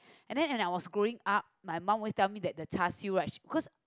and then and I was growing up my mum always tell me that the char-siew rice she cause